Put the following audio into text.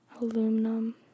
aluminum